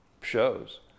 shows